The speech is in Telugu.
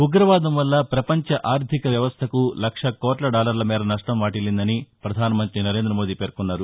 ఉగ్రవాదం వల్ల ప్రపంచ ఆర్లిక వ్యవస్లకు లక్ష కోట్ల డాలర్ల మేర నష్టం వాటిల్లిందని ప్రధానమంత్రి నరేంద్ర మోదీ పేర్కొన్నారు